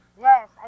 Yes